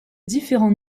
différents